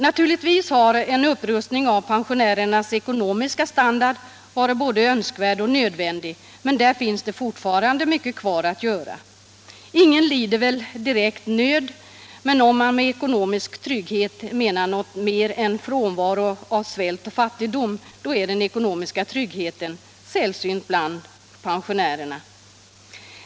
Naturligtvis har en upprustning av pensionärernas ekonomiska standard varit både önskvärd och nödvändig, men där finns det fortfarande mycket kvar att göra. Ingen lider väl direkt nöd, men om man med ekonomisk trygghet menar något mer än frånvaro av svält och fattigdom, då är den ekonomiska tryggheten sällsynt bland pensionärer.